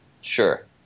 sure